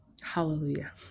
Hallelujah